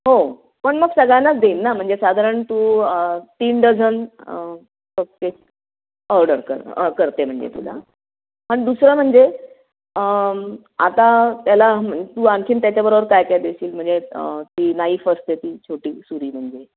हो पण मग सगळ्यांनाच देईन ना म्हणजे साधारण तू तीन डझन बघते ऑर्डर कर करते म्हणजे तुला पण दुसरं म्हणजे आता त्याला तू आणखी त्याच्याबरोबर काय काय देशील म्हणजे ती नाईफ असते ती छोटी सुरी म्हणजे